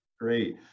Great